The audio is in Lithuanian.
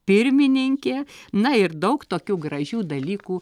pirmininkė na ir daug tokių gražių dalykų